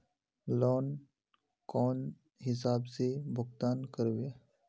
Loan कौन हिसाब से भुगतान करबे?